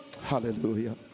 Hallelujah